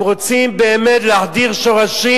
אם רוצים באמת להחדיר שורשים,